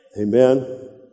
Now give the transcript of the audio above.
Amen